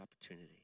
opportunity